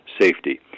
safety